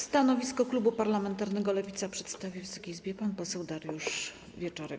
Stanowisko klubu parlamentarnego Lewica przedstawi Wysokiej Izbie pan poseł Dariusz Wieczorek.